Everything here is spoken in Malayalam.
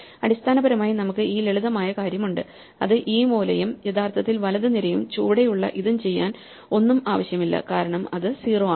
അടിസ്ഥാനപരമായി നമുക്ക് ഈ ലളിതമായ കാര്യം ഉണ്ട് അത് ഈ മൂലയും യഥാർത്ഥത്തിൽ വലത് നിരയും ചുവടെയുള്ള ഇതും ചെയ്യാൻ ഒന്നും ആവശ്യമില്ല കാരണം അത് 0 ആണ്